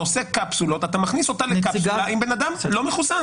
עושה קפסולות אתה מכניס אותה לקפסולה עם בן אדם לא מחוסן.